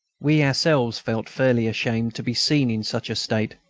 we ourselves felt fairly ashamed to be seen in such a state.